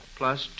plus